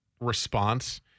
response